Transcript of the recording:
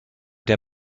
der